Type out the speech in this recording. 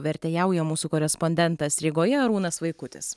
vertėjauja mūsų korespondentas rygoje arūnas vaikutis